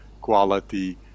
quality